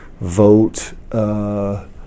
vote